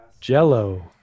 Jello